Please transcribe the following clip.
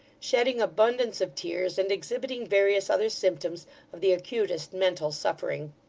shedding abundance of tears, and exhibiting various other symptoms of the acutest mental suffering.